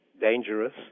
dangerous